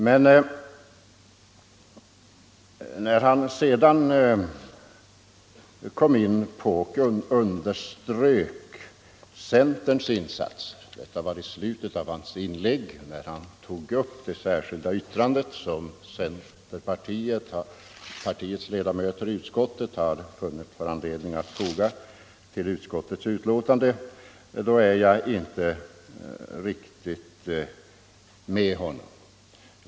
Men när han sedan i slutet av sitt inlägg underströk centerns insatser och tog upp det särskilda yttrande som centerpartiets ledamöter i utskottet har funnit anledning att foga vid utskottets betänkande kan jag inte helt instämma med honom.